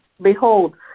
Behold